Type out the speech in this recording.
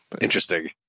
interesting